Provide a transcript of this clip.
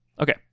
Okay